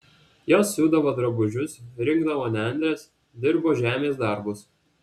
jos siūdavo drabužius rinkdavo nendres dirbo žemės darbus